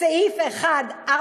בסעיף 1(4),